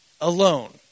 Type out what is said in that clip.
Alone